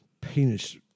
penis